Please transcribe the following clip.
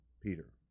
Peter